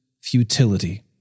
futility